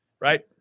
right